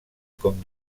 com